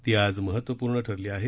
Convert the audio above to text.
ती आज महत्त्वपूर्ण ठरली आहे